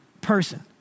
person